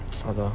ஆமா:aama